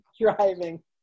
driving